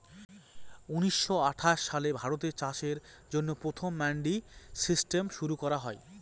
উনিশশো আঠাশ সালে ভারতে চাষের জন্য প্রথম মান্ডি সিস্টেম শুরু করা হয়